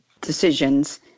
decisions